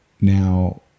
Now